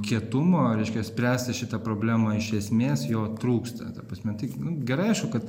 kietumo reiškia spręsti šitą problemą iš esmės jo trūksta ta prasme tai gerai aišku kad